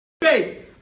face